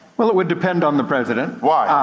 well, it would depend on the president. why?